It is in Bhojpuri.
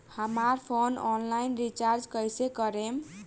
हमार फोन ऑनलाइन रीचार्ज कईसे करेम?